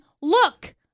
look